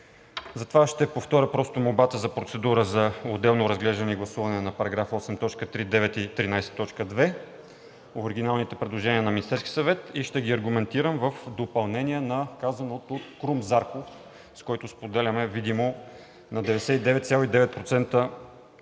Затова аз ще повторя просто молбата за процедура за отделно разглеждане и гласуване на § 8, т. 3, 9 и § 13, т. 2, оригиналните предложения на Министерския съвет, и ще ги аргументирам в допълнение на казаното от Крум Зарков, с когото споделяме видимо 99,9%